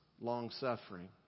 long-suffering